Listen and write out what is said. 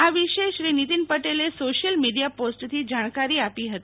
આ િ વશેની Shri Nitin Patel social media post જણકારી આપી હતી